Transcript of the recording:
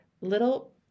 little